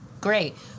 great